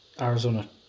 Arizona